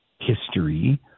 history